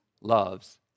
loves